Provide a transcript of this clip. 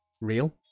real